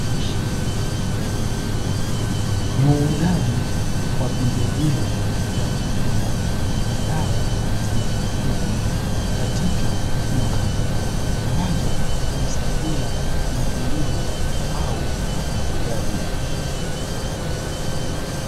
Ni uuzaji wa pembejeo za kilimo na dawa za mifugo katika duka ambazo humsaidia mkulima au mfugaji.